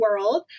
world